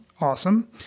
awesome